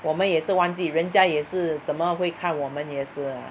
我们也是忘记人家也是怎么会看我们也是 ah